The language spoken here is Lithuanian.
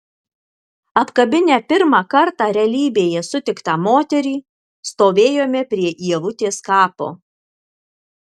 apkabinę pirmą kartą realybėje sutiktą moterį stovėjome prie ievutės kapo